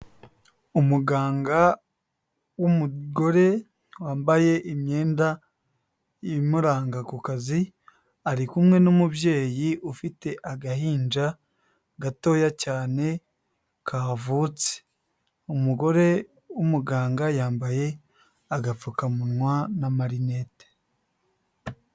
Umuganga w'umugore wambaye imyenda imuranga ku kazi, ari kumwe n'umubyeyi ufite agahinja gatoya cyane kavutse, umugore w'umuganga yambaye agapfukamunwa n'amarinete.